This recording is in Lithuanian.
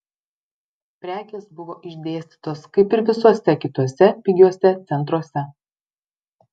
prekės buvo išdėstytos kaip ir visuose kituose pigiuose centruose